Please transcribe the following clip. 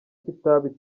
kitabi